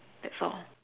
that's all